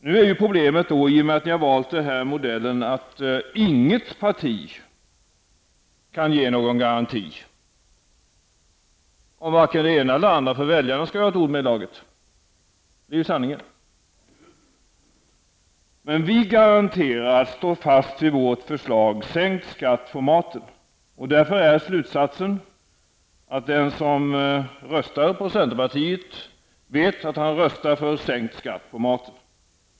I och med att ni valt denna modell är problemet nu att inget parti kan ge någon garanti om varken det ena eller det andra. Sanningen är ju att väljarna skall ha ett ord med i laget. Vi garanterar att vi står fast vid vårt förslag om sänkt skatt på maten. Slutsatsen är därför att den som röstar på centerpartiet vet att han röstar för sänkt skatt på maten.